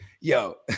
yo